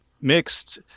mixed